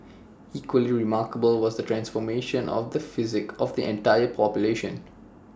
equally remarkable was the transformation of the psyche of an entire population